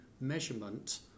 measurement